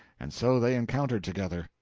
and so they encountered together,